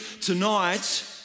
tonight